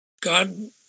God